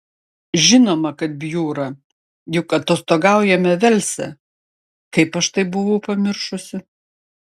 žinoma kad bjūra juk atostogaujame velse kaip aš tai buvau pamiršusi